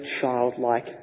childlike